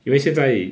因为现在